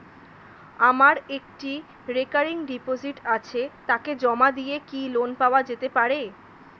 আমার একটি recurring deposit আছে তাকে জমা দিয়ে কি লোন পাওয়া যেতে পারে?